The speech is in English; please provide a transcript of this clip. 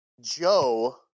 Joe